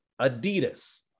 Adidas